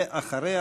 ואחריה,